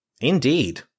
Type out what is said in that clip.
Indeed